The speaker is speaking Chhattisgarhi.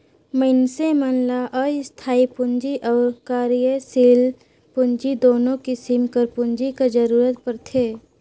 मइनसे मन ल इस्थाई पूंजी अउ कारयसील पूंजी दुनो किसिम कर पूंजी कर जरूरत परथे